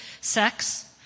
sex